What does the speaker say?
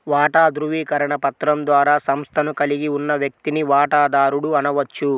వాటా ధృవీకరణ పత్రం ద్వారా సంస్థను కలిగి ఉన్న వ్యక్తిని వాటాదారుడు అనవచ్చు